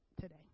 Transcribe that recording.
today